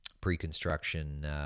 pre-construction